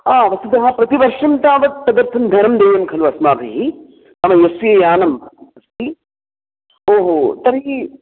हा वस्तुतः प्रतिवर्षं तावत् तदर्थं धनं देयं खलु अस्माभिः नाम यस्य यानम् अस्ति ओहो तर्हि